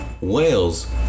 Wales